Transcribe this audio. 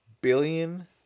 billion